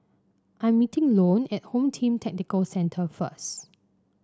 I'm meeting Lone at Home Team Tactical Centre first